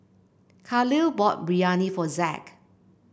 Khalil bought Biryani for Zack